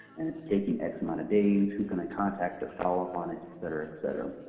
and it's taking x amount of days, who can i contact to follow up on it, et cetera, et cetera.